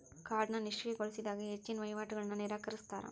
ಕಾರ್ಡ್ನ ನಿಷ್ಕ್ರಿಯಗೊಳಿಸಿದಾಗ ಹೆಚ್ಚಿನ್ ವಹಿವಾಟುಗಳನ್ನ ನಿರಾಕರಿಸ್ತಾರಾ